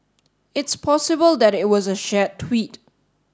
it's possible that it was a shared tweet